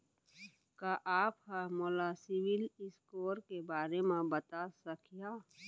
का आप हा मोला सिविल स्कोर के बारे मा बता सकिहा?